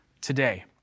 today